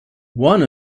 one